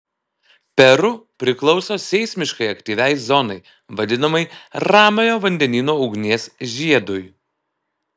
peru priklauso seismiškai aktyviai zonai vadinamai ramiojo vandenyno ugnies žiedui